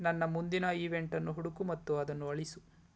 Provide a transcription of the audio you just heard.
ನನ್ನ ಮುಂದಿನ ಇವೆಂಟ್ ಅನ್ನು ಹುಡುಕು ಮತ್ತು ಅದನ್ನು ಅಳಿಸು